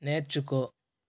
నేర్చుకో